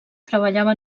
treballava